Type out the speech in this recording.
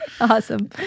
Awesome